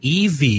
ev